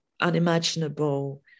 unimaginable